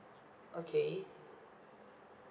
okay